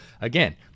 again